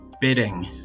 Bidding